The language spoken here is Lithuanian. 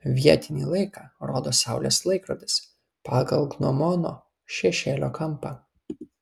vietinį laiką rodo saulės laikrodis pagal gnomono šešėlio kampą